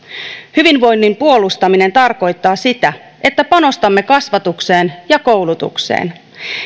hyvinvoinnin puolustaminen tarkoittaa sitä että panostamme kasvatukseen ja koulutukseen